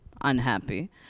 unhappy